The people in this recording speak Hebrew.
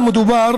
שמדובר